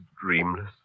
dreamless